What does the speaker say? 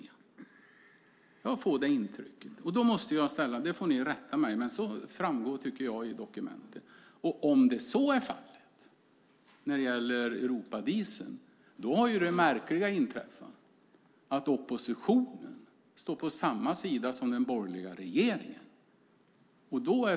Det tycker jag framgår av dokumentet; rätta mig annars. Om det är så när det gäller Europadieseln har det märkliga inträffat att oppositionen står på samma sida som den borgerliga regeringen.